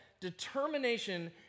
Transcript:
determination